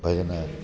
भॼन